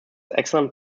excellent